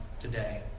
today